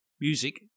Music